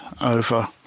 over